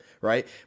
right